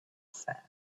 said